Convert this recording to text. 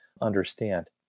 understand